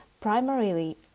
primarily